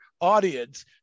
audience